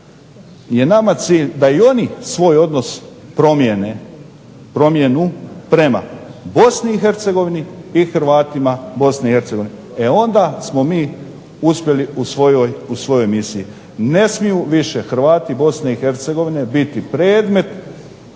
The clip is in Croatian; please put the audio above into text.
je nama cilj da i oni svoj odnos promijene prema Bosni i Hercegovini i Hrvatima Bosne i Hercegovine. E onda smo mi uspjeli u svojoj misiji. Ne smiju više Hrvati Bosne i Hercegovine biti predmet